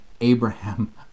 Abraham